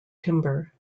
timber